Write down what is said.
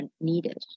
needed